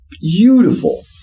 beautiful